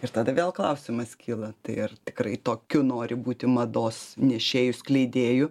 ir tada vėl klausimas kyla ir tikrai tokiu nori būti mados nešėju skleidėju